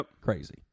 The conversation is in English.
crazy